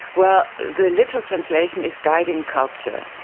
well the literal translation is guiding culture.